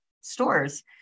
stores